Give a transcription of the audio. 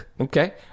Okay